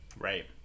right